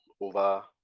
over